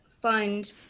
fund